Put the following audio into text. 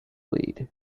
lead